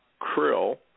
Krill